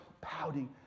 pouting